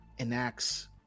enacts